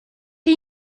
chi